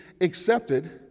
accepted